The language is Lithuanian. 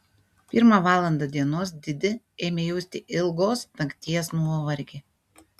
pirmą valandą dienos didi ėmė jausti ilgos nakties nuovargį